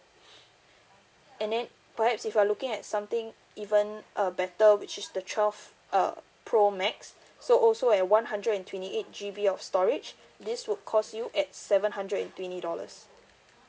and then perhaps if you're looking at something even uh better which is the twelve uh pro max so also at one hundred and twenty eight G_B of storage this will cost you at seven hundred and twenty dollars